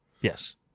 Yes